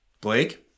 Blake